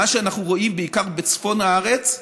מה שאנחנו רואים, בעיקר בצפון הארץ,